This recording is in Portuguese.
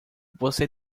você